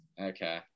okay